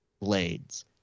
Blades